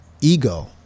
ego